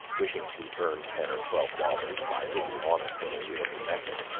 wishing to earn ten or twelve dollars by some honest and agreeable method,